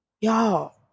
y'all